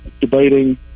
debating